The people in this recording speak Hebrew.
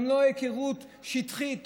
גם לא היכרות שטחית,